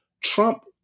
Trump